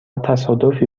تصادفی